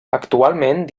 actualment